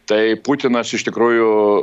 tai putinas iš tikrųjų